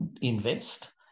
invest